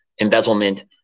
embezzlement